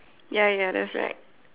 ya ya ya there was like